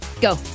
Go